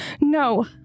No